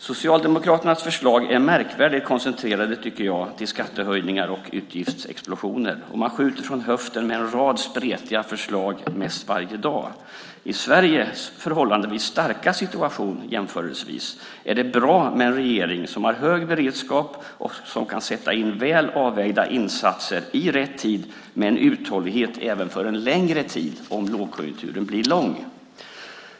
Socialdemokraternas förslag är märkvärdigt koncentrerade till skattehöjningar och utgiftsexplosioner, och man skjuter från höften med en rad spretiga förslag mest varje dag. I Sveriges förhållandevis starka situation är det bra med en regering som har hög beredskap och som kan sätta in väl avvägda insatser i rätt tid med en uthållighet även för en längre tid om lågkonjunkturen blir lång.